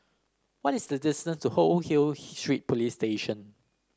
what is the distance to Old Hill Street Police Station